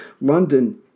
London